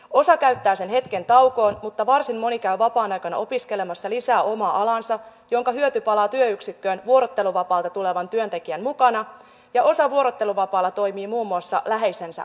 osa käyttää sen hetken taukoon mutta varsin moni käy vapaa aikana opiskelemassa lisää omaa alaansa minkä hyöty palaa työyksikköön vuorotteluvapaalta tulevan työntekijän mukana ja osa toimii vuorotteluvapaalla muun muassa läheisensä omaishoitajana